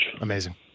Amazing